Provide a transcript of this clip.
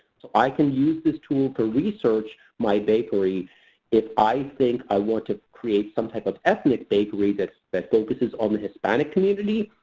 so, i can use this tool to research my bakery if i think i want to create some type of ethnic bakery that that focuses on the hispanic community.